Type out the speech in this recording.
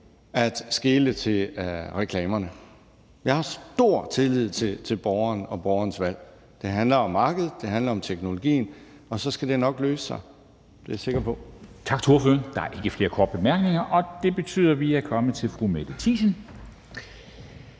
at skele til at reklamerne. Jeg har stor tillid til borgeren og borgerens valg. Det handler om markedet, det handler om teknologien, og så skal det nok løse sig; det er jeg sikker på.